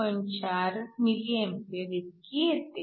4 mA इतकी येते